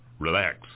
relax